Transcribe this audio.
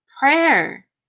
Prayer